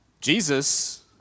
Jesus